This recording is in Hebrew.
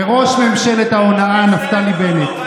וראש ממשלת ההונאה נפתלי בנט,